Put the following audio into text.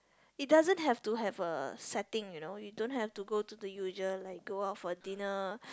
it doesn't have to have a setting you know you don't have to go the usual like go out for dinner